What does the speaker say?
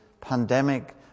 pandemic